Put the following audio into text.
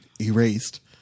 erased